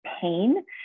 pain